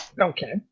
Okay